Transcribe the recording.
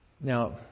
Now